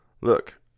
look